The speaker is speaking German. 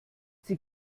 sie